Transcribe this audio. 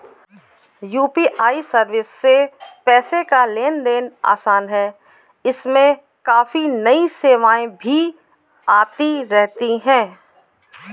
UPI service से पैसे का लेन देन आसान है इसमें काफी नई सेवाएं भी आती रहती हैं